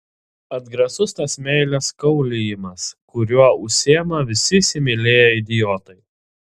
atgrasus tas meilės kaulijimas kuriuo užsiima visi įsimylėję idiotai